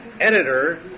editor